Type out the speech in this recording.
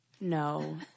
No